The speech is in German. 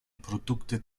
produkte